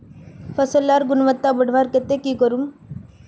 फसल लार गुणवत्ता बढ़वार केते की करूम?